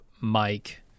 Mike